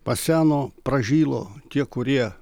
paseno pražilo tie kurie